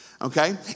Okay